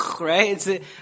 Right